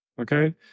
Okay